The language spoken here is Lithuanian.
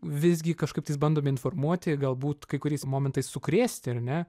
visgi kažkaip bandome informuoti galbūt kai kuriais momentais sukrėsti ar ne